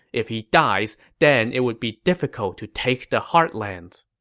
if he dies, then it would be difficult to take the heartlands.